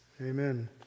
amen